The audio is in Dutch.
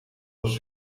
als